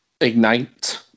ignite